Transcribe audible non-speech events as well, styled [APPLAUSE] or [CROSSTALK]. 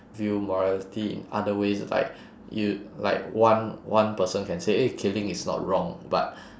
view morality in other ways like you like one one person can say eh killing is not wrong but [BREATH]